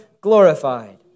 glorified